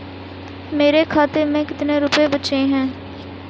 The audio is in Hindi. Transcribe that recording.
मेरे खाते में कितने रुपये बचे हैं?